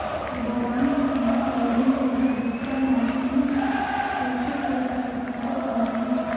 boron, तांबा, chlorine, लोहा, जस्ता, मैंगनीज सूक्ष्म पोषक तत्वों के उदाहरण हैं